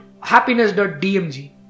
happiness.dmg